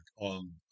on